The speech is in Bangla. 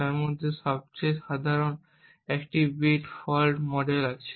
যার মধ্যে সবচেয়ে সাধারণ একটি বিট ফল্ট মডেল আছে